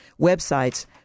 websites